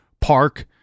park